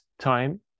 time